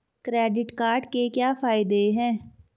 Credit card के क्या फायदे हैं?